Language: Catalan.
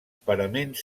paraments